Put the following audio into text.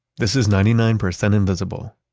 this is ninety nine percent invisible.